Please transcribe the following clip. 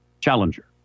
Challenger